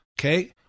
okay